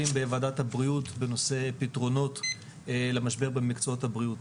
בוועדת הבריאות בנושא פתרונות למשבר במקצועות הבריאות.